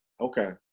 Okay